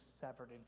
severed